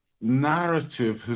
narrative